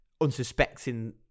unsuspecting